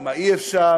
אפשר, מה אי-אפשר,